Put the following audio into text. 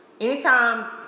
anytime